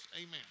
Amen